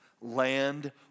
land